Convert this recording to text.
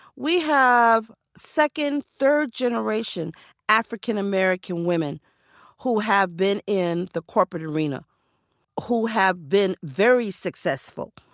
we have second, third-generation african-american women who have been in the corporate arena who have been very successful.